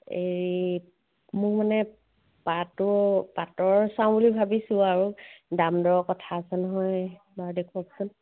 এই মোৰ মানে পাট পাটৰ চাওঁ বুলি ভাবিছোঁ আৰু দাম দৰৰ কথা আছে নহয় বাৰু দেখুৱাওঁকচোন